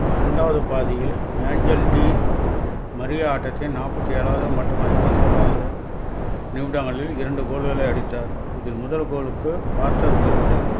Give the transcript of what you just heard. இரண்டாவது பாதியில் Angel Di Maria ஆட்டத்தின் நாற்பத்தி ஏழாவது மற்றும் ஐம்பத்தி மூணாவது நிமிடங்களில் இரண்டு கோல்களை அடித்தார் இதில் முதல் கோலுக்கு பாஸ்டர் உதவி செய்தார்